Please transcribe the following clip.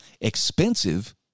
Expensive